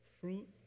fruit